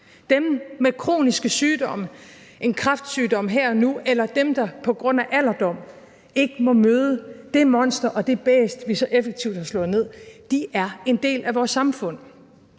dem med kroniske sygdomme, en kræftsygdom her og nu, eller dem, der på grund af alderdom ikke må møde det monster og det bæst, vi så effektivt har slået ned. De er en del af vores samfund.